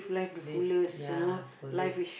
live ya for live